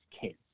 kids